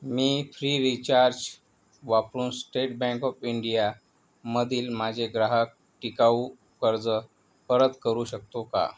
मी free recharge वापरून State Bank of इंडियामधील माझे ग्राहक टिकाऊ कर्ज परत करू शकतो का